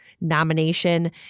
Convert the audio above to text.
Nomination